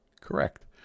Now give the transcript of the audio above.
correct